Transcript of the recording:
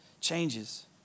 Changes